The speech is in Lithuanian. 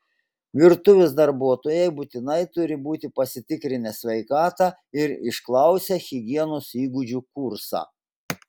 virtuvės darbuotojai būtinai turi būti pasitikrinę sveikatą ir išklausę higienos įgūdžių kursą